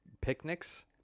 picnics